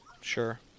sure